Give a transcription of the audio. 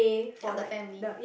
help the family